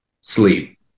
sleep